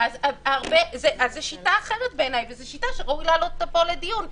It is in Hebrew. לדעתי זו שיטה אחרת שראוי להעלות אותה פה לדיון.